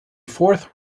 fourth